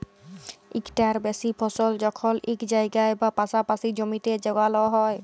ইকটার বেশি ফসল যখল ইক জায়গায় বা পাসাপাসি জমিতে যগাল হ্যয়